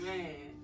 Man